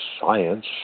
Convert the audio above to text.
science